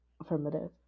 affirmative